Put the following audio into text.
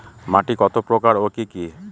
মাটি কত প্রকার ও কি কি?